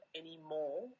anymore